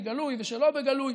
בגלוי ושלא בגלוי,